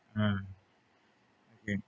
mm okay